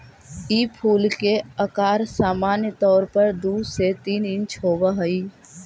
ई फूल के अकार सामान्य तौर पर दु से तीन इंच होब हई